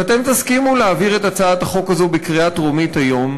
שאתם תסכימו להעביר את ההצעה הזאת בקריאה טרומית היום,